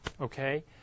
okay